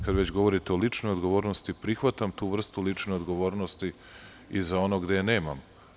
Kada već govorite o ličnoj odgovornosti, prihvatam tu vrstu lične odgovornosti i za ono gde je nemam.